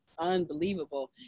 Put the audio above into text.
unbelievable